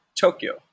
Tokyo